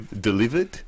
delivered